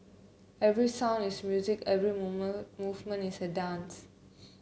every sound is music every moment movement is a dance